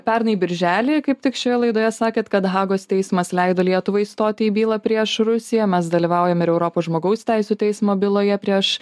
pernai birželį kaip tik šioje laidoje sakėt kad hagos teismas leido lietuvai įstoti į bylą prieš rusiją mes dalyvaujam ir europos žmogaus teisių teismo byloje prieš